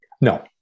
No